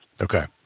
Okay